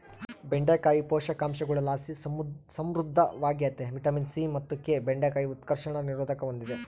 ಬೆಂಡೆಕಾಯಿ ಪೋಷಕಾಂಶಗುಳುಲಾಸಿ ಸಮೃದ್ಧವಾಗ್ಯತೆ ವಿಟಮಿನ್ ಸಿ ಮತ್ತು ಕೆ ಬೆಂಡೆಕಾಯಿ ಉತ್ಕರ್ಷಣ ನಿರೋಧಕ ಹೂಂದಿದೆ